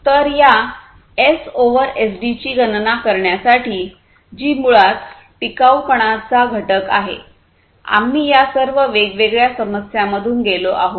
तर या S over एसडीची गणना करण्यासाठी जी मुळात टिकावपणा ची घटक आहे आम्ही या सर्व वेगवेगळ्या समस्यांमधून गेलो आहोत